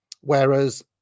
Whereas